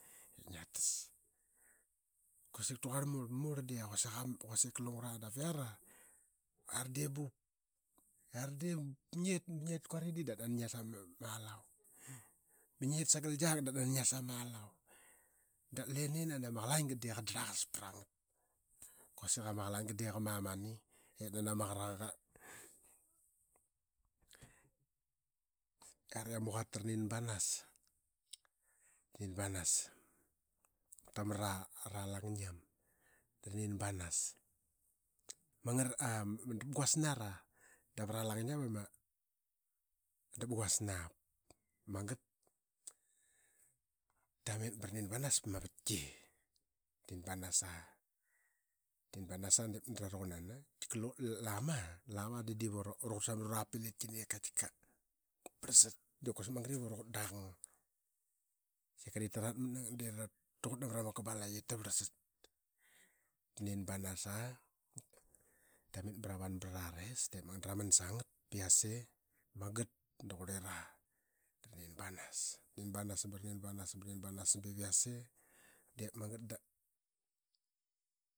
Ip ngiatas. Quasik ta quarl murldap iara dii bu ba diip ngit kuaridi dap nanai ngias ama alua ba ngit sagal giak dii nani ngas ama alua. Dap lini nan ama qalanga dii qa darlaqas pra irang. Quasiki i ama qalanga dii qa mamani ip nani ama qaqaraqa qan ban. Yari ama quata ra nin banas. Ta mra ra langingiap da ra nin banas. Ama dapguas nara dap ara langingiap ama dapguas nap. Ta mit ba ra nin banas pama avatki. Ta nin banas, tarnin banas, tarnin banas aa ba ip yase da ra ruqu nana ma, lava dii diip uru qut samat ura pilitkina ip katika varlsat. Diip quasik magat ip ura qut daqnag, sika dipp ta ratmat na ngat da dip taquatmat na mra ma kabalaqi ip parlsat. Tanin banas aa, ramit ba ranbanvrara res aa dip magat da ra man sa ngat ba yase diip magat da qurlira dara nin banas. Ta nin banas. Ta nin banas ra nin banas ba ip yase diip magat da.